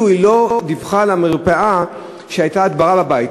היא לא דיווחה למרפאה שהייתה הדברה בבית.